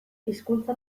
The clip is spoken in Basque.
hizkuntza